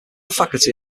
faculty